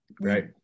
right